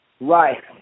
Right